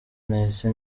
nahise